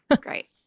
Great